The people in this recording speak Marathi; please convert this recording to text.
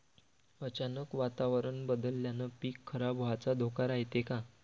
अचानक वातावरण बदलल्यानं पीक खराब व्हाचा धोका रायते का?